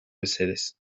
mesedez